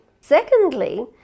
Secondly